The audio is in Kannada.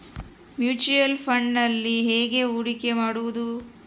ಮ್ಯೂಚುಯಲ್ ಫುಣ್ಡ್ನಲ್ಲಿ ಹೇಗೆ ಹೂಡಿಕೆ ಮಾಡುವುದು?